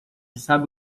sabe